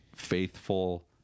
faithful